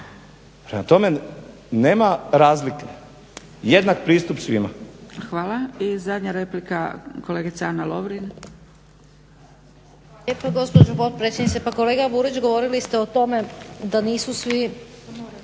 tome, nema razlike. Jednak pristup svima.